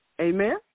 Amen